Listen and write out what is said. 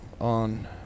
on